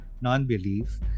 non-belief